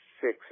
six